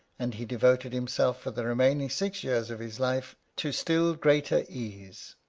and he devoted himself for the remaining six years of his life to still greater ease.